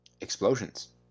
explosions